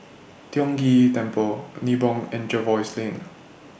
Tiong Ghee Temple Nibong and Jervois Lane